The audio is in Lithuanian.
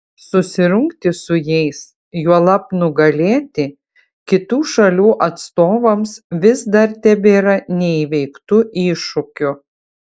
susirungti su jais juolab nugalėti kitų šalių atstovams vis dar tebėra neįveiktu iššūkiu